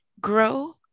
grow